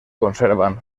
conservan